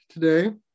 today